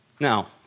Now